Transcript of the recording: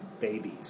babies